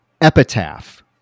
epitaph